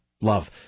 love